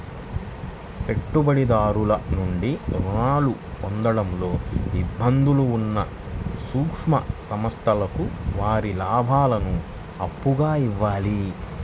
పెట్టుబడిదారుల నుండి రుణాలు పొందడంలో ఇబ్బందులు ఉన్న సూక్ష్మ సంస్థలకు వారి లాభాలను అప్పుగా ఇవ్వాలి